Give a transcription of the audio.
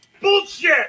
Bullshit